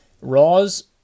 Raw's